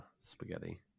spaghetti